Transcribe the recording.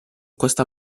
questa